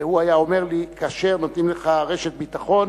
והוא היה אומר לי: כאשר נותנים לך רשת ביטחון,